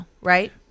Right